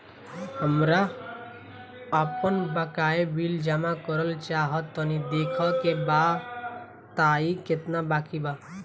हमरा आपन बाकया बिल जमा करल चाह तनि देखऽ के बा ताई केतना बाकि बा?